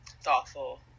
thoughtful